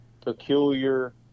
peculiar